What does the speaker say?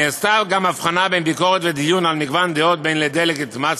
נעשתה גם הבחנה בין ביקורת ודיון על מגוון דעות לבין דה-לגיטימציה,